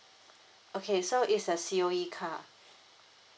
okay so it's a C_O_E car